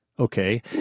Okay